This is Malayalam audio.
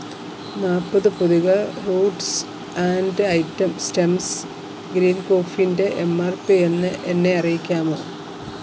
നാൽപ്പത് പൊതികൾ roots and item stems green കോഫിന്റെ എം ആര് പി എന്നെ എന്നെ അറിയിക്കാമോ